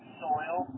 soil